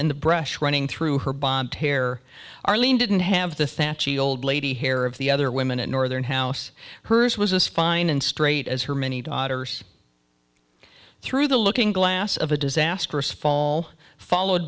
and the brush running through her bobbed hair arlene didn't have the old lady hair of the other women a northern house hers was a spine and straight as her many daughters through the looking glass of a disastrous fall followed